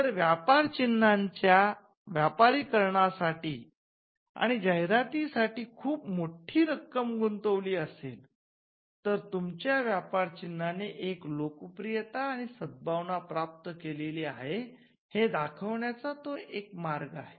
जर व्यापार चिन्हाच्या व्यापारीकरण करण्यासाठी आणि जाहिराती साठी खूप मोठी रक्कम गुंतवलेली असेल तर तुमच्या व्यापारचिन्हाने एक लोकप्रियता आणि सद्भावना प्राप्त केलेली आहे हे दाखवण्याचा तो एक मार्ग आहे